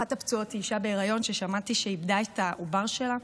אחת הפצועות היא אישה בהיריון ששמעתי שאיבדה את העובר שלה.